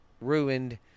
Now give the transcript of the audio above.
ruined